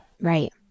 Right